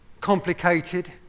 complicated